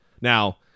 Now